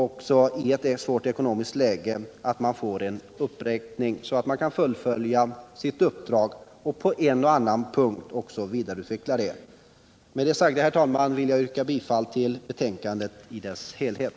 Också i ett ekonomiskt svårt läge får man en uppräkning av anslaget så att man kan fullfölja sitt uppdrag och på en och annan punkt även vidareutveckla det. Med det sagda, herr talman, vill jag yrka bifall till utskottets hemställan i dess helhet.